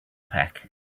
pack